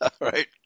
Right